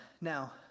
Now